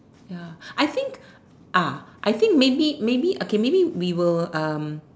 ya I think ah I think maybe maybe okay maybe we will um